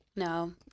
No